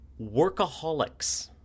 Workaholics